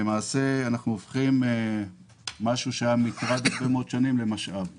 למעשה אנחנו הופכים משהו שהיה מטרד במשך הרבה מאוד שנים למשאב לאומי.